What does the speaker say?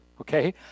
Okay